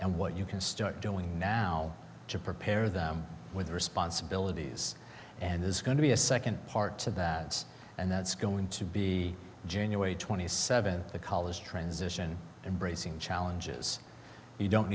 and what you can start doing now to prepare them with responsibilities and there's going to be a second part to that and that's going to be january twenty seventh the college transition embracing challenges you don't